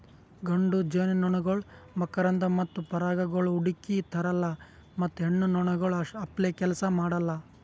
ಗಂಡು ಜೇನುನೊಣಗೊಳ್ ಮಕರಂದ ಮತ್ತ ಪರಾಗಗೊಳ್ ಹುಡುಕಿ ತರಲ್ಲಾ ಮತ್ತ ಹೆಣ್ಣ ನೊಣಗೊಳ್ ಅಪ್ಲೇ ಕೆಲಸ ಮಾಡಲ್